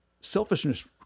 selfishness